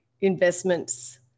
investments